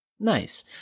nice